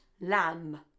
Lamb